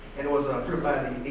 and was ah approved by